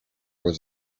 was